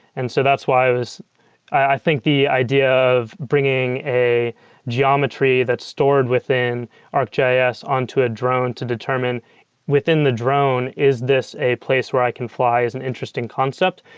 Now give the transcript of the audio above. and so that's why it was i think the idea of bringing a geometry that's stored within arcgis on to a drone to determine within the drone, is this a place where i can fly? is an interesting concept,